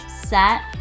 set